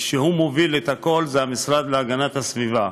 שהוא מוביל את הכול, הוא המשרד להגנת הסביבה.